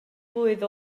blwydd